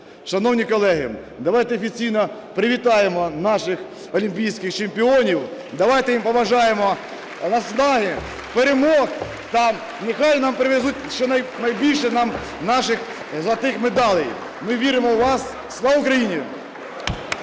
Шановні колеги, давайте офіційно привітаємо наших олімпійських чемпіонів, давайте їм побажаємо наснаги, перемог та нехай нам привезуть щонайбільше нам наших золотих медалей. (Оплески) Ми віримо у вас. Слава Україні!